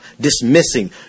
dismissing